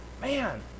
man